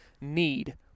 need